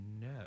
no